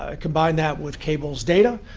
ah combine that with cable's data,